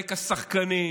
ומלהק השחקנים,